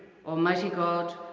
almighty god,